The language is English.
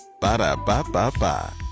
Ba-da-ba-ba-ba